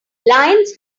lions